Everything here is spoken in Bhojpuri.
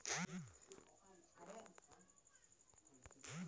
पूँजी निवेश बैंकिंग आज के नयका जमाना क निवेश हौ